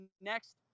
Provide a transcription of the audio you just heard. next